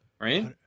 Right